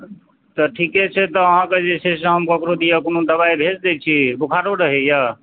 तऽ ठीके छै तऽ आहाँकेँ जे छै से हम ककरो दिआ कोनो दवाइ भेज दै छी बुखारो रहैया